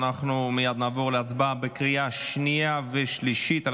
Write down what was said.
אנחנו נעבור להצבעה בקריאה שנייה ושלישית על